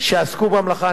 שעסקו במלאכה.